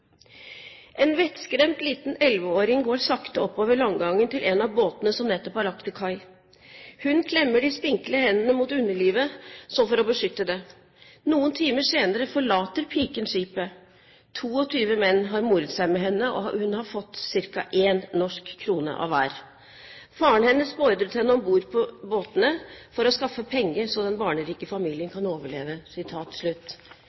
En vettskremt liten 11-åring går sakte oppover landgangen til en av båtene som nettopp har lagt til kai. Hun klemmer de spinkle hendene mot underlivet, som for å beskytte det. Noen timer senere forlater piken skipet. 22 menn har moret seg med henne, og hun har fått ca. én norsk krone av hver. Faren hennes beordret henne om bord på båtene for å skaffe penger slik at den barnerike familien